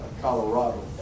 Colorado